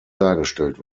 dargestellt